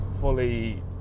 fully